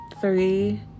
three